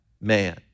man